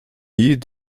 nie